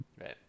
Right